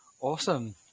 awesome